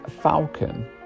Falcon